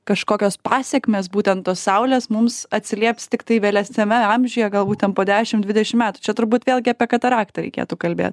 kažkokios pasekmės būtent tos saulės mums atsilieps tiktai vėlesniame amžiuje galbūt ten po dešim dvidešim metų čia turbūt vėlgi apie kataraktą reikėtų kalbėt